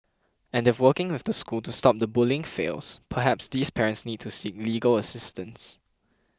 and if working with the school to stop the bullying fails perhaps these parents need to seek legal assistance